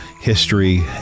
history